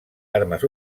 armes